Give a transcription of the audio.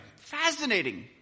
Fascinating